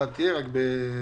תודה רבה.